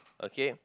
okay